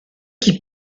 qui